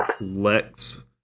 Lex